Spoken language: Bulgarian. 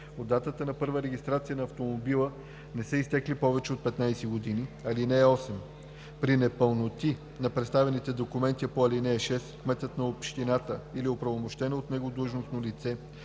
от датата на първата регистрация на автомобила не са изтекли повече от 15 години. (8) При непълноти на представените документи по ал. 6 кметът на общината или оправомощено от него длъжностно лице